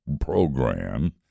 program